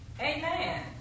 Amen